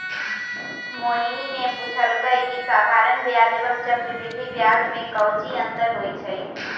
मोहिनी ने पूछल कई की साधारण ब्याज एवं चक्रवृद्धि ब्याज में काऊची अंतर हई?